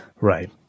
Right